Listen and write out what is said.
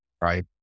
right